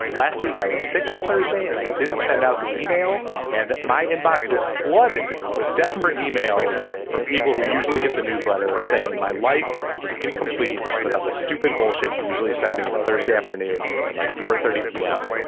last week i was sick on thursday and i didn't send out the email and my inbox was flooded with desperate emails from people who usually get the newsletter saying my life was incomplete without the stupid bullshit you usually send me. and thursday afternoon had like four or thirty p m.